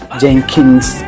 jenkins